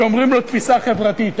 שאומרים לו: תפיסה חברתית.